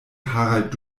harald